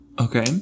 Okay